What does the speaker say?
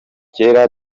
kera